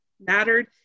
mattered